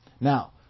Now